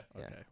Okay